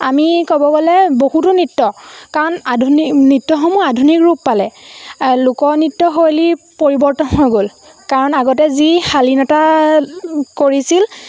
আমি ক'ব গ'লে বহুতো নৃত্য কাৰণ আধুনিক নৃত্যসমূহ আধুনিক ৰূপ পালে লোক নৃত্যশৈলী পৰিৱৰ্তন হৈ গ'ল কাৰণ আগতে যি শালীনতা কৰিছিল